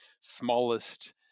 smallest